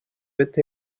with